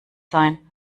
sein